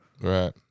Right